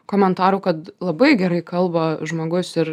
komentarų kad labai gerai kalba žmogus ir